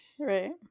Right